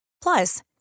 Plus